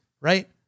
right